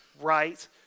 right